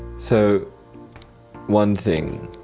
so one thing,